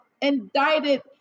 indicted